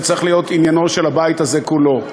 וזה צריך להיות עניינו של הבית הזה כולו.